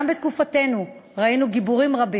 גם בתקופתנו ראינו גיבורים רבים,